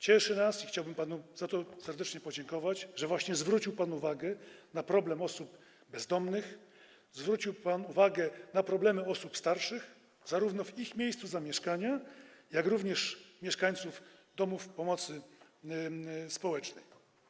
Cieszy nas, i chciałbym panu za to serdecznie podziękować, że zwrócił pan uwagę właśnie na problem osób bezdomnych, zwrócił pan uwagę na problemy osób starszych, również w ich miejscu zamieszkania, jak również mieszkańców domów pomocy społecznej.